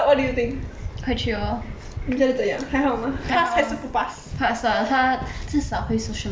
quite chill orh 还好啊 pass ah 他至少会 sociable